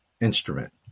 instrument